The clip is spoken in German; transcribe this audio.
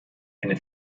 eine